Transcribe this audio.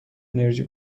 انرژی